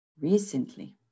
Recently